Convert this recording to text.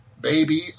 baby